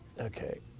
Okay